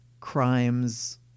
crimes